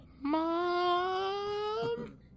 Mom